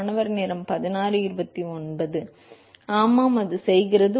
மாணவர் ஆமாம் அது செய்கிறது